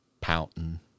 pouting